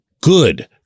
good